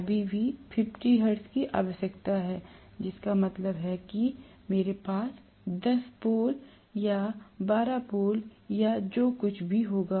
अभी भी 50 हर्ट्ज की आवश्यकता है जिसका मतलब है कि मेरे पास 10 पोल या 12 पोल या जो कुछ भी होगा